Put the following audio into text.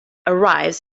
arrives